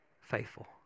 faithful